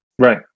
Right